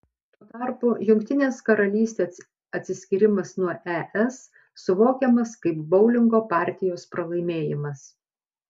tuo tarpu jungtinės karalystės atsiskyrimas nuo es suvokiamas kaip boulingo partijos pralaimėjimas